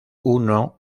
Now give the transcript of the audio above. uno